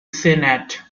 senate